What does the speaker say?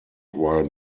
while